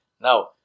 Now